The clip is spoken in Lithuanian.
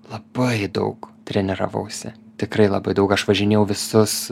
labai daug treniravausi tikrai labai daug aš važinėjau į visus